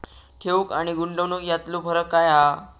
ठेव आनी गुंतवणूक यातलो फरक काय हा?